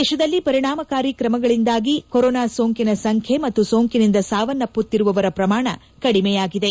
ದೇಶದಲ್ಲಿ ಪರಿಣಾಮಕಾರಿ ಕ್ರಮಗಳಿಂದಾಗಿ ಕೊರೊನಾ ಸೋಂಕಿನ ಸಂಖ್ಯೆ ಮತ್ತು ಸೋಂಕಿನಿಂದ ಸಾವನ್ನಪ್ಪುತ್ತಿರುವವರ ಪ್ರಮಾಣ ಕಡಿಮೆಯಾಗಿದೆ